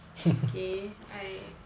okay I